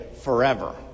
forever